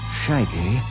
shaggy